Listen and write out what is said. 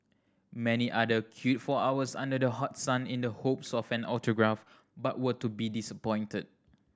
many other queued for hours under the hot sun in the hopes of an autograph but were to be disappointed